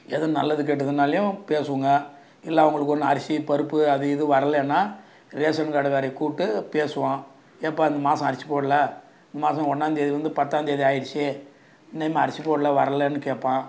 எது நல்லது கெட்டதுனாலேயும் பேசுவோம்ங்க இல்லை அவங்களுக்கு வந்து அரிசி பருப்பு அது இது வரலைன்னா ரேஷன் கடக்காரரை கூப்பிட்டு பேசுவோம் ஏன்ப்பா இந்தமாதம் அரிசி போடலை இந்தமாதம் ஒன்னாம் தேதியிலேந்து பத்தாம்தேதி ஆகிருச்சு இன்னமும் அரிசி போடலை வரலைன்னு கேட்பேன்